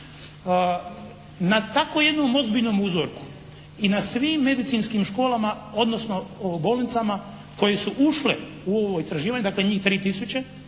Na tako jednom ozbiljnom uzorku i na svim medicinskim školama odnosno bolnicama koje su ušle u ovo istraživanje, dakle njih 3 tisuće